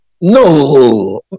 No